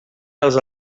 dels